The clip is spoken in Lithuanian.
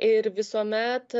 ir visuomet